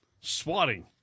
swatting